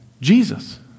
Jesus